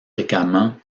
fréquemment